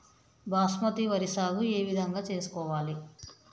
బాస్మతి వరి సాగు ఏ విధంగా చేసుకోవాలి?